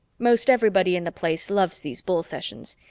most everybody in the place loves these bull sessions.